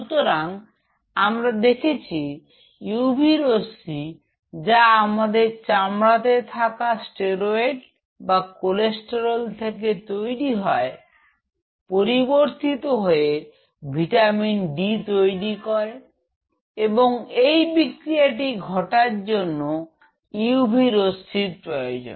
সুতরাং আমরা দেখেছি ইউভি রশ্মি যা আমাদের চামড়াতে থাকা স্টেরয়েড যা কোলেস্টেরল থেকে তৈরি হয় পরিবর্তিত হয়ে ভিটামিন ডি তৈরি করে এবং এই বিক্রিয়াটি ঘটার জন্য ইউভি রশ্মির প্রয়োজন